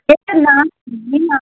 एतद् नास्ति ना